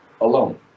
alone